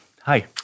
Hi